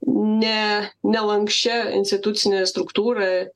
ne nelanksčia institucine struktūra